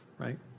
right